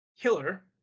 killer